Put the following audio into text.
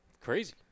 crazy